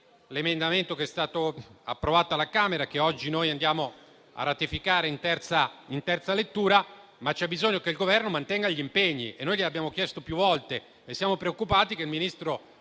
l'emendamento che è stato approvato alla Camera e che oggi noi ci apprestiamo a ratificare in terza lettura. Occorre tuttavia che il Governo mantenga gli impegni, come noi abbiamo chiesto più volte. Siamo preoccupati che il ministro